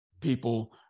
people